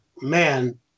man